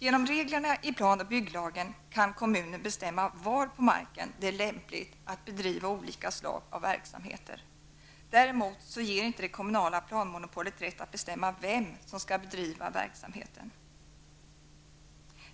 Genom reglerna i plan och bygglagen kan kommunen bestämma var på marken det är lämpligt att driva olika slag av verksamheter. Däremot ger inte det kommunala planmonopolet rätt att bestämma vem som skall bedriva verksamheten.